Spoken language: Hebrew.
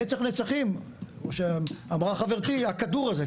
נצח נצחים, שכמו שאמרה חברתי, הכדור הזה.